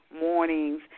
mornings